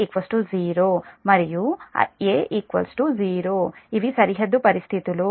కాబట్టి Ia 0 ఇవి సరిహద్దు పరిస్థితులు